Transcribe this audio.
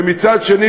ומצד שני,